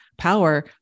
power